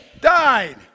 died